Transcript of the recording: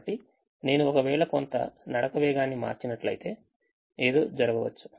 కాబట్టి నేను ఒకవేళ కొంత నడక వేగాన్ని మార్చినట్లయితే ఏదో కూడా జరగవచ్చు